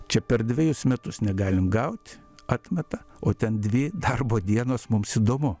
čia per dvejus metus negalim gaut atmeta o ten dvi darbo dienos mums įdomu